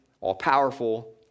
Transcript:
all-powerful